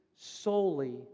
solely